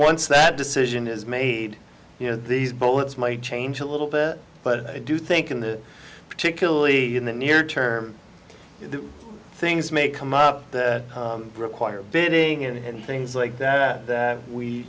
once that decision is made you know these boats might change a little bit but i do think in the particularly in the near term things may come up that require bidding and things like that that we